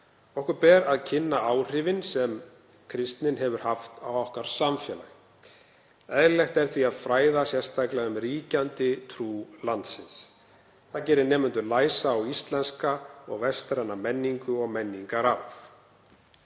Okkur ber að kynna áhrifin sem kristnin hefur haft á okkar samfélag. Eðlilegt er því að fræða sérstaklega um ríkjandi trú landsins. Það gerir nemendur læsa á íslenska og vestræna menningu og menningararf.